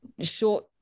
short